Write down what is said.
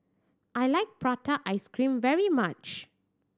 I like prata ice cream very much